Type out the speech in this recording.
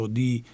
di